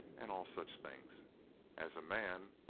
and all such things as a man,